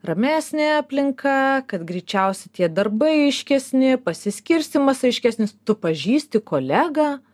ramesnė aplinka kad greičiausiai tie darbai aiškesni pasiskirstymas aiškesnis tu pažįsti kolegą